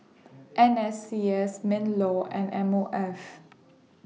N S C S MINLAW and M O F